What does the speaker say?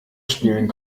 spielen